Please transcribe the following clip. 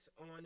on